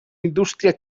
indústria